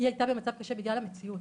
היא הייתה במצב קשה בגלל המציאות,